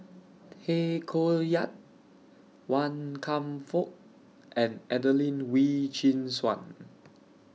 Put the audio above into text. Tay Koh Yat Wan Kam Fook and Adelene Wee Chin Suan